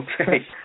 Okay